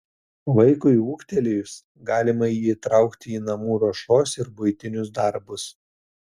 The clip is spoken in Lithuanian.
vaikui ūgtelėjus galima jį įtraukti į namų ruošos ir buitinius darbus